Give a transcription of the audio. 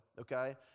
okay